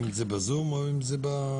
אם זה בזום או אם זה פה.